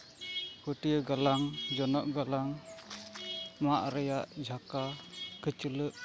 ᱯᱟᱹᱴᱭᱟᱹ ᱜᱟᱞᱟᱝ ᱡᱚᱱᱚᱜ ᱜᱟᱞᱟᱝ ᱢᱟᱫ ᱨᱮᱭᱟᱜ ᱡᱷᱟᱸᱠᱟ ᱠᱷᱟᱹᱪᱞᱟᱹᱜ